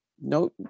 No